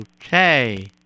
Okay